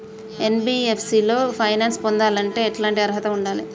NBFC లో finance పొందాలంటే ఎట్లాంటి అర్హత ఉండాలే?